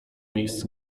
miejsc